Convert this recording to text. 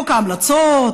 בחוק ההמלצות,